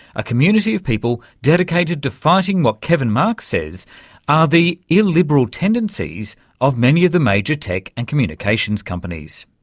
a community of people dedicated to fighting what kevin marks says are the illiberal tendencies of many of the major tech and communications companies.